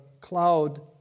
cloud